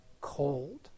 cold